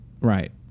Right